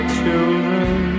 children